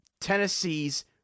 Tennessee's